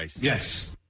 yes